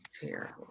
terrible